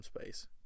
space